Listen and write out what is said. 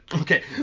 Okay